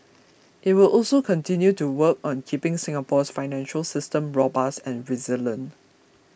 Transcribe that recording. it will also continue to work on keeping Singapore's financial system robust and resilient